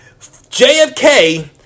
JFK